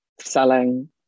selling